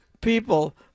people